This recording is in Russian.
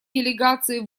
делегации